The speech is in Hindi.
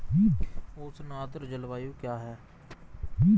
उष्ण आर्द्र जलवायु क्या है?